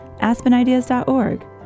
aspenideas.org